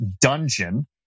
dungeon